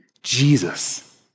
Jesus